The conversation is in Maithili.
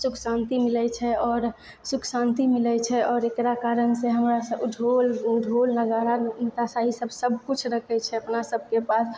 सुख शान्ति मिलैत छै आओर सुख शान्ति मिलैछै आओर एकरा कारणसँ हमरा सबके ढ़ोल ढ़ोल नगाड़ा ई सब सबकिछु रखैत छै अपना सबकेँ पास